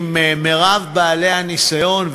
עם מרב בעלי הניסיון,